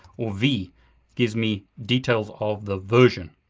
or v gives me details of the version.